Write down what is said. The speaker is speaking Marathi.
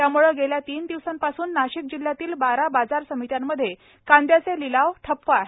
त्यामुळे गेल्या तीन दिवसांपासून नाशिक जिल्ह्यातील बारा बाजार समित्यांमध्ये कांद्याचे लिलाव ठप्प आहेत